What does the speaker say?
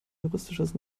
juristisches